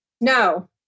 No